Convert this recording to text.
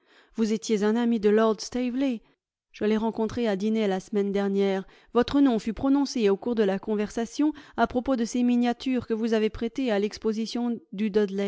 vous étiez un ami de lord staveley je l'ai rencontré à dîner la semaine dernière votre nom fut prononcé au cours de la conversation à propos de ces miniatures que vous avez prêtées à l'exposition du